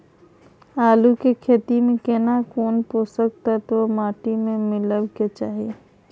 आलू के खेती में केना कोन पोषक तत्व माटी में मिलब के चाही?